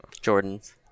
Jordan's